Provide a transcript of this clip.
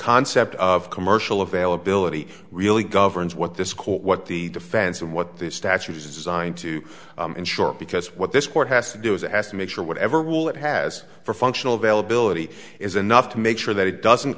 concept of commercial availability really governs what this court what the defense and what the statute is designed to ensure because what this court has to do is ask to make sure whatever will it has for functional availability is enough to make sure that it doesn't